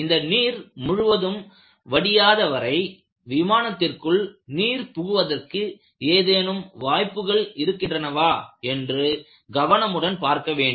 இந்த நீர் முழுவதும் வடியாத வரை விமானத்திற்குள் நீர் புகுவதற்கு ஏதேனும் வாய்ப்புகள் இருக்கின்றனவா என்று கவனமுடன் பார்க்க வேண்டும்